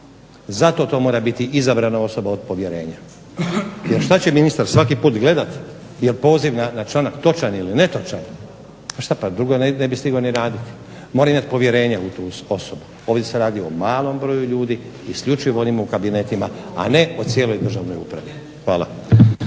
Zato to mora biti izabrana osoba od povjerenja, jer što će ministar svaki put gledati je li poziv na članak točan ili netočan pa što, drugo ne bi stigao ni raditi, mora imati povjerenje u tu osobu. Ovdje se radi o malom broju ljudi isključivo onima u kabinetima a ne o cijeloj državnoj upravi. Hvala.